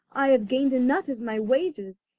i have gained a nut as my wages,